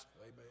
Amen